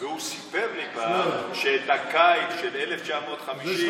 והוא סיפר לי פעם שאת הקיץ של 1950,